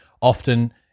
Often